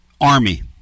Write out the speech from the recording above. Army